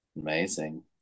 Amazing